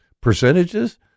percentages